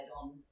on